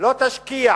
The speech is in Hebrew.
לא תשקיע